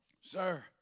Sir